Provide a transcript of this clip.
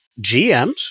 GMs